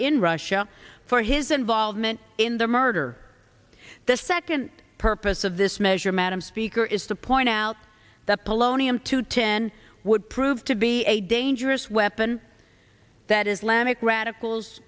in russia for his involvement in the murder the second purpose of this measure madam speaker is the point out that polonium two ten would prove to be a dangerous weapon that islamic radicals